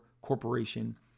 Corporation